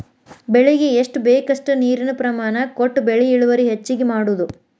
ಬೆಳಿಗೆ ಎಷ್ಟ ಬೇಕಷ್ಟ ನೇರಿನ ಪ್ರಮಾಣ ಕೊಟ್ಟ ಬೆಳಿ ಇಳುವರಿ ಹೆಚ್ಚಗಿ ಮಾಡುದು